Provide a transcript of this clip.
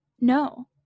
No